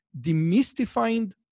demystifying